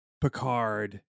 Picard